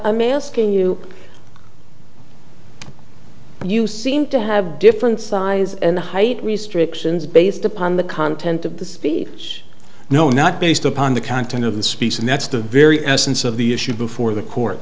i'm asking you but you seem to have different size and height restrictions based upon the content of the speech no not based upon the content of the speech and that's the very essence of the issue before the court